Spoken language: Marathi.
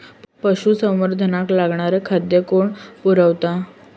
पशुसंवर्धनाक लागणारा खादय कोण पुरयता?